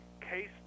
Case